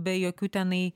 be jokių tenai